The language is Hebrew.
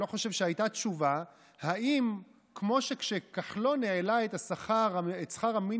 אני לא חושב שהייתה תשובה: האם כמו כשכחלון העלה את שכר המינימום,